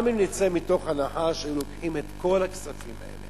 גם אם נצא מתוך הנחה שהם לוקחים את כל הכספים האלה